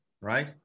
right